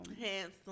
Handsome